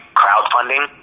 crowdfunding